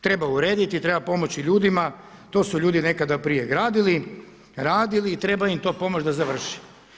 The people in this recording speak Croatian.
Treba urediti i treba pomoći ljudima, to su ljudi nekada prije gradili, radili i treba im to pomoći da završe.